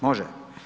Može.